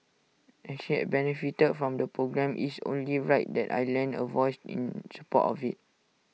as she had benefited from the programme is only right that I lend A voice in support of IT